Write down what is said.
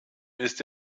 ist